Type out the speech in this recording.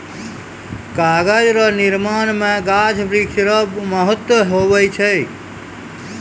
कागज रो निर्माण मे गाछ वृक्ष रो महत्ब हुवै छै